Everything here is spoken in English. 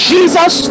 Jesus